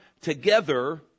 together